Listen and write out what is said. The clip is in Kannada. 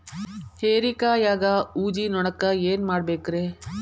ಹೇರಿಕಾಯಾಗ ಊಜಿ ನೋಣಕ್ಕ ಏನ್ ಮಾಡಬೇಕ್ರೇ?